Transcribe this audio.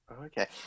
Okay